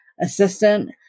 assistant